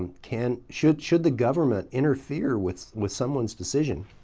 and can should should the government interfere with with someone's decision,